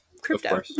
crypto